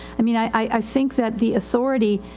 i mean i think that the authority